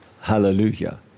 hallelujah